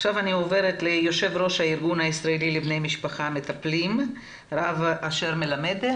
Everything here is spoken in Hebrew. עכשיו אני עוברת ליו"ר הארגון הישראלי לבני משפחה מטפלים הרב אשר מלמד.